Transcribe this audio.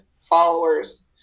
followers